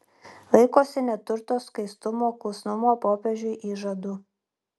laikosi neturto skaistumo klusnumo popiežiui įžadų